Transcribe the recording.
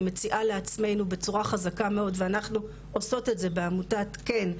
אני מציעה לעצמנו בצורה חזקה מאוד ואנחנו עושות את זה בעמותת "כן",